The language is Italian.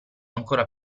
ancora